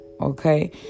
Okay